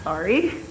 Sorry